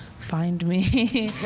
find me.